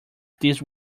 these